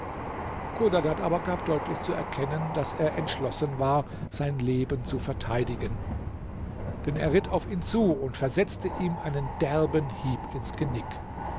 chodadad aber gab deutlich zu erkennen daß er entschlossen war sein leben zu verteidigen denn er ritt auf ihn zu und versetzte ihm einen derben hieb ins genick